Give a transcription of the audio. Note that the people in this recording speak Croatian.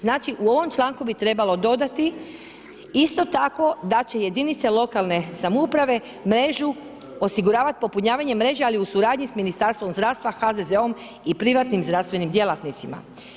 Znači, u ovom članku bi trebalo dodati isto tako da će jedinice lokalne samouprave mrežu osiguravati popunjavanjem mreže ali u suradnji s Ministarstvom zdravstva, HZZ-om i privatnim zdravstvenim djelatnicima.